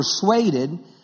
persuaded